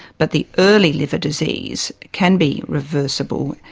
but the early liver disease can be reversible,